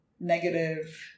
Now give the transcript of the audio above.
negative